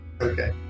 Okay